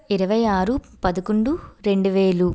ఇరవై ఆరు పదకొండు రెండువేలు